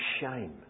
shame